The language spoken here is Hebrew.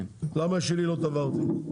למה שלי לא תבע אותי?